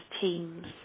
teams